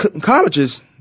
colleges